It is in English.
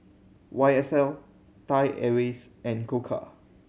Y S L Thai Airways and Koka